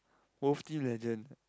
WolfTeam legend